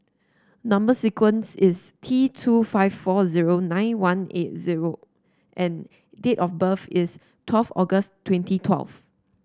number sequence is T two five four zero nine one eight zero and date of birth is twelve August twenty twelve